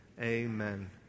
Amen